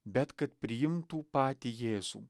bet kad priimtų patį jėzų